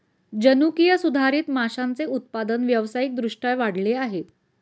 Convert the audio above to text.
जनुकीय सुधारित माशांचे उत्पादन व्यावसायिक दृष्ट्या वाढले आहे